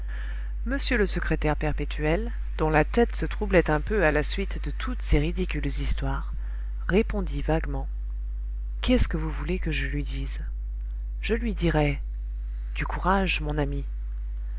m le secrétaire perpétuel dont la tête se troublait un peu à la suite de toutes ces ridicules histoires répondit vaguement qu'est-ce que vous voulez que je lui dise je lui dirai du courage mon ami